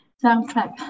soundtrack